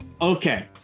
Okay